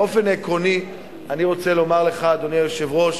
באופן עקרוני אני רוצה לומר לך, אדוני היושב-ראש,